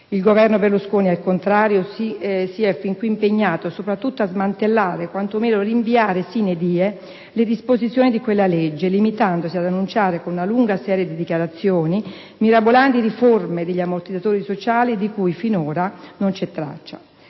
Il Governo Berlusconi, al contrario, si è fin qui impegnato soprattutto a smantellare o, quantomeno, a rinviare *sine die* le disposizioni di quella legge, limitandosi ad annunciare, con una lunga serie di dichiarazioni mirabolanti, riforme degli ammortizzatori sociali, di cui finora tuttavia non c'è traccia.